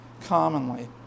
commonly